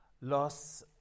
loss